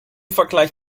vergleich